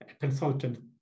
Consultant